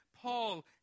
Paul